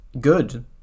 good